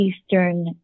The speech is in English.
Eastern